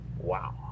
Wow